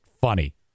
funny